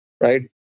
Right